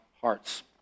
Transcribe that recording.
hearts